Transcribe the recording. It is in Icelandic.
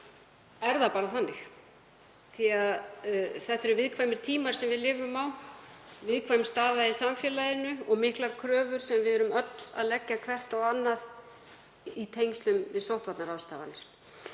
er það bara þannig því að þetta eru viðkvæmir tímar sem við lifum á, viðkvæm staða í samfélaginu og miklar kröfur sem við erum öll að leggja hvert á annað í tengslum við sóttvarnaráðstafanir.